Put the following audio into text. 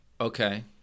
Okay